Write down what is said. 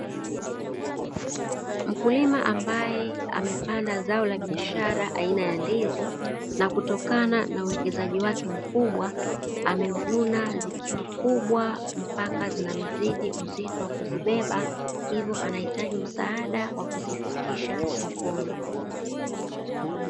Mkulima ambae amepanda zao la biashara aina ya ndizi na kutokana na uwekezaji wake mkubwa amevuna, zikiwa kubwa mpaka zinamzidi uzito wa kuzibeba hivyo anahitaji msaada wa kuzifikisha sokoni.